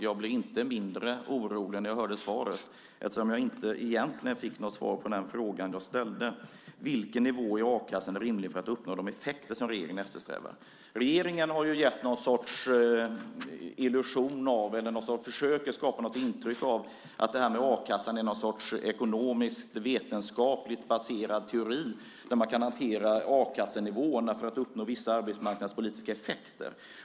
Jag blir inte mindre orolig när jag hör svaret, eftersom jag egentligen inte fick något svar på den fråga jag ställde: Vilken nivå i a-kassan är rimlig för att uppnå de effekter som regeringen eftersträvar? Regeringen har gett någon sorts illusion och försöker skapa ett intryck av att det här med a-kassan är någon sorts ekonomiskt vetenskapligt baserad teori där man kan hantera a-kassenivåerna för att uppnå vissa arbetsmarknadspolitiska effekter.